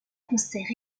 concerts